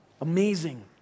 Amazing